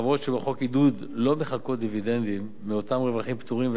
החברות שבחוק עידוד לא מחלקות דיבידנדים מאותם רווחים פטורים,